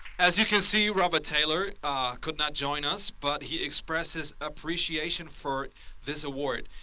as you can see, robert taylor could not join us but he expresses appreciation for this award.